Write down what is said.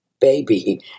baby